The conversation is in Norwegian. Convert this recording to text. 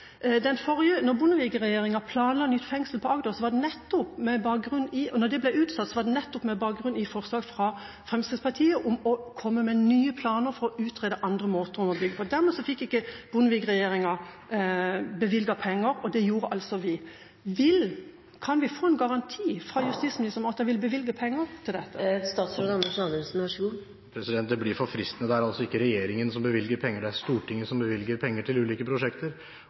planla nytt fengsel i Halden og det ble utsatt, var det nettopp med bakgrunn i forslag fra Fremskrittspartiet om å komme med nye planer for å utrede andre måter å bygge på. Dermed fikk ikke Bondevik-regjeringa bevilget penger, men det gjorde altså vi. Kan vi få en garanti fra justisministeren om at det blir bevilget penger til dette? Det blir for fristende: Det er altså ikke regjeringen som bevilger penger. Det er Stortinget som bevilger penger til ulike prosjekter.